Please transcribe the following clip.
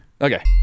Okay